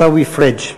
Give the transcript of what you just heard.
עַסאווי פריג',